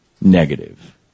negative